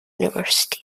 university